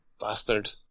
Bastard